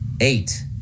Eight